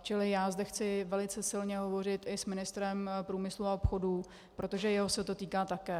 Čili já zde chci velice silně hovořit i s ministrem průmyslu a obchodu, protože jeho se to týká také.